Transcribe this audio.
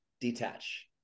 detach